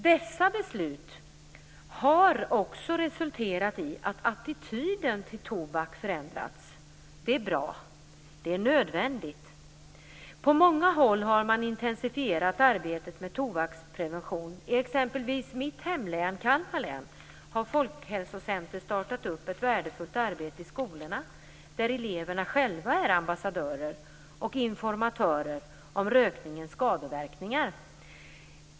Dessa beslut har resulterat i att attityden till tobak förändrats. Det är bra. Det är nödvändigt. På många håll har man intensifierat arbetet med tobaksprevention. Exempelvis i mitt hemlän, Kalmar län, har Folkhälsocentrum startat ett värdefullt arbete i skolorna, där eleverna själva är ambassadörer och informatörer om rökningens skadeverkningar.